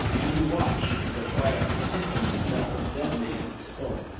and he watched with a quiet persistence that was deadly in its scope.